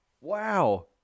Wow